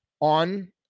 on